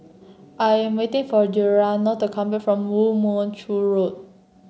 I am waiting for Gennaro not come back from Woo Mon Chew Road